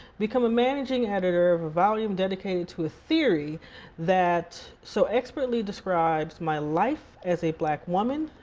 become a managing editor of a volume dedicated to a theory that so expertly describes my life as a black woman,